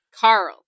Carl